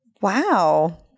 Wow